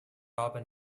haben